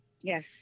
Yes